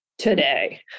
Today